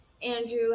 Andrew